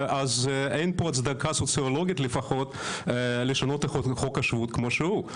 אין פה הצדקה סוציולוגית לפחות לשנות את חוק השבות כמו שהוא.